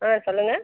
ஆ சொல்லுங்கள்